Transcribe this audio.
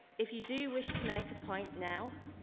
if you do wish to make a point now,